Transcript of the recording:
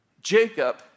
Jacob